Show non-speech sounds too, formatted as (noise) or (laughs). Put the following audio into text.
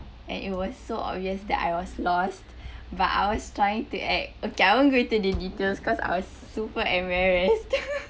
and it was so obvious that I was lost but I was trying to act okay I won't go to the details cause I was super embarrassed (laughs)